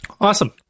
awesome